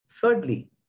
Thirdly